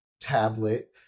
tablet